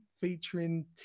featuring